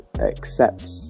accept